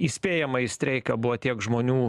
įspėjamąjį streiką buvo tiek žmonių